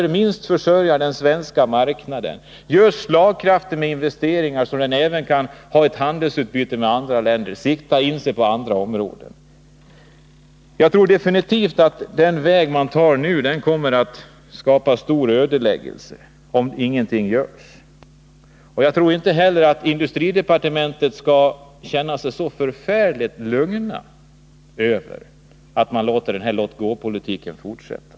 Låt den vara så stor att den tillgodoser behovet av stålprodukter på hemmamarknaden. Gör den slagkraftig, så att den kan investera, ha ett handelsutbyte med andra länder och utvidga sin tillverkning till andra områden. Jag tror definitivt att den väg man nu väljer kommer att skapa stor ödeläggelse, om ingenting görs. Och jag tror inte heller att man på industridepartementet skall känna sig så förfäriigt lugn över att denna låt-gå-politik får fortsätta.